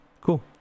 cool